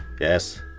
Yes